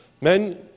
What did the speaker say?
Men